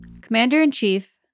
Commander-in-Chief